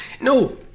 no